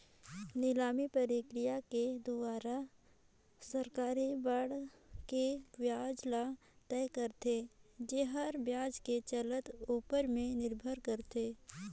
निलामी प्रकिया के दुवारा सरकारी बांड के बियाज ल तय करथे, येहर बाजार के चलत ऊपर में निरभर करथे